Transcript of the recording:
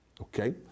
Okay